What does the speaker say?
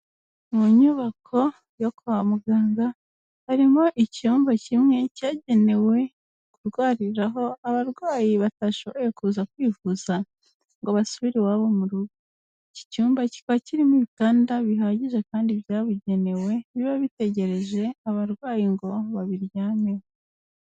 Mu nyubako yo kwa muganga, harimo icyumba kimwe cyagenewe kurwariraho abarwayi batashoboye kuza kwivuza ngo basubire iwabo mu rugo. Iki cyumba kiba kirimo ibitanda bihagije kandi byabugenewe, biba bitegereje abarwayi ngo babiryameho.